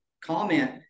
comment